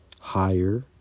higher